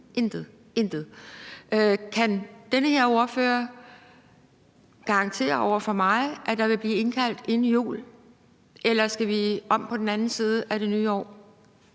intet! Kan den her ordfører garantere over for mig, at der vil blive indkaldt til møde inden jul, eller skal vi om på den anden side af det nye år?